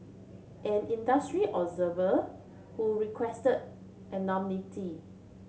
an industry observer who requested anonymity